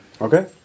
Okay